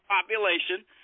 population